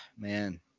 Man